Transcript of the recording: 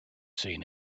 seen